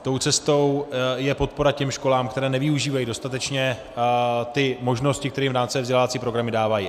Tou cestou je podpora těm školám, které nevyužívají dostatečně ty možnosti, které jim rámcové vzdělávací programy dávají.